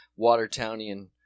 Watertownian